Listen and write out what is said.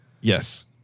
Yes